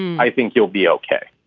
i think you'll be ok.